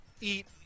eat